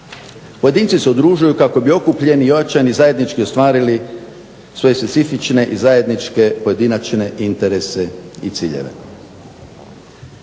Pojedinci se udružuju kako bi okupljeni i očajni zajednički ostvarili svoje specifične i zajedničke, pojedinačne interese i ciljeve.